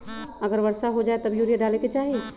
अगर वर्षा हो जाए तब यूरिया डाले के चाहि?